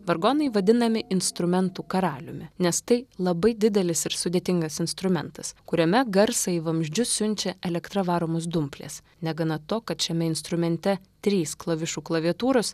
vargonai vadinami instrumentų karaliumi nes tai labai didelis ir sudėtingas instrumentas kuriame garsą į vamzdžius siunčia elektra varomos dumplės negana to kad šiame instrumente trys klavišų klaviatūros